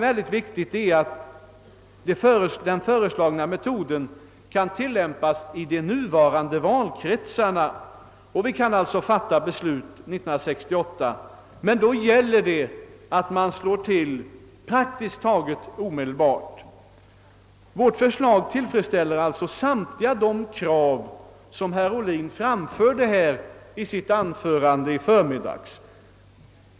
Mycket viktigt är också att den föreslagna metoden kan tillämpas i de nuvarande valkretsarna. Vi kan följaktligen fatta beslut 1968. Men då gäller det att vi slår till praktiskt taget omedelbart! Vårt förslag tillgodoser samtliga de krav herr Ohlin framförde i sitt anförande i förmiddags.